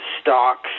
stocks